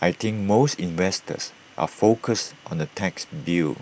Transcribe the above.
I think most investors are focused on the tax bill